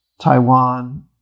Taiwan